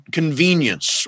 convenience